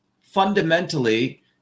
fundamentally